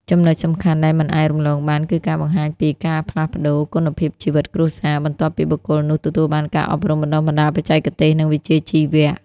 ចំណុចសំខាន់ដែលមិនអាចរំលងបាន គឺការបង្ហាញពី «ការផ្លាស់ប្តូរគុណភាពជីវិតគ្រួសារ» បន្ទាប់ពីបុគ្គលនោះទទួលបានការអប់រំបណ្ដុះបណ្ដាលបច្ចេកទេស និងវិជ្ជាជីវៈ។